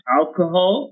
alcohol